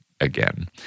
again